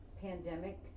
pandemic